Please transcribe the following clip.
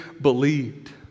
believed